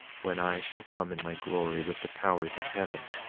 when i shall come in my glory with the powers of heaven.